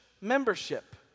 membership